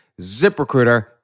ZipRecruiter